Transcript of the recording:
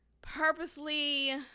purposely